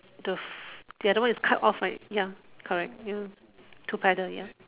the the other one is cut off right ya correct ya two paddle ya